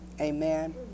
Amen